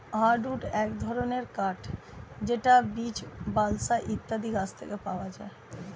hardwood এক ধরনের কাঠ যেটা বীচ, বালসা ইত্যাদি গাছ থেকে পাওয়া যায়